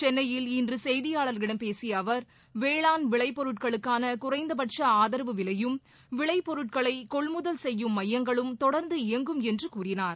சென்னையில் இன்று செய்தியாளர்களிடம் பேசிய அவர் வேளாண் விளைபொருட்களுக்கான குறைந்தபட்ச ஆதரவு விலையும் விளை பொருட்களை கொள்முதல் செய்யும் மையங்களும் தொடர்ந்து இயங்கும் என்று கூறினார்